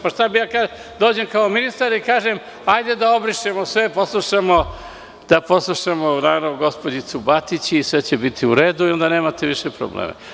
Pa, šta da ja dođem, kao ministar, i kažem hajde da obrišemo sve da poslušamo dragu gospođicu Batić i sve će biti u redu i onda nemate više problema.